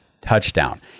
touchdown